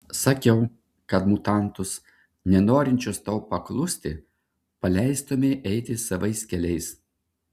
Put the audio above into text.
sakiau kad mutantus nenorinčius tau paklusti paleistumei eiti savais keliais